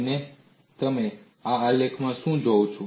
અને તમે આ આલેખમાં શું જુઓ છો